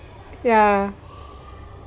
ya